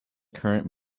current